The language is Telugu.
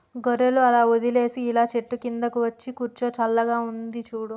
గొర్రెలు అలా వదిలేసి ఇలా చెట్టు కిందకు వచ్చి కూర్చో చల్లగా ఉందో చూడు